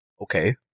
okay